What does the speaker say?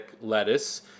lettuce